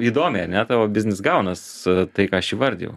įdomiai ane tavo biznis gaunas tai ką aš įvardijau